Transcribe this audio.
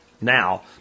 now